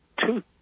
two